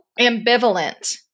Ambivalent